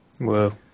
Whoa